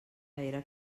era